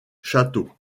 château